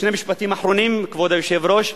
שני משפטים אחרונים, כבוד היושב-ראש.